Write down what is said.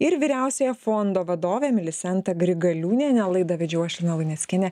ir vyriausiąją fondo vadovę milisentą grigaliūnienę laidą vedžiau aš lina luneckienė